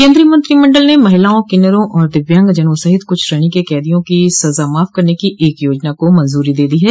केन्द्रीय मंत्रिमंडल ने महिलाओं किन्नरों और दिव्यांग जनों सहित कुछ श्रेणी के कैदियों की सजा माफ करने की एक योजना को मंजूरी दे दी है